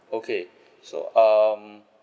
okay so um